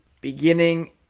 beginning